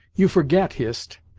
you forget, hist,